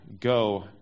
Go